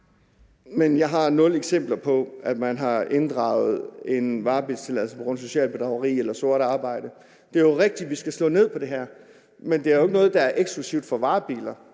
Men jeg har nul eksempler på, at man har inddraget en varebilstilladelse på grund af socialt bedrageri eller sort arbejde. Det er jo rigtigt, at vi skal slå ned på det her, men det er jo ikke noget, der er eksklusivt for varebiler.